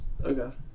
Okay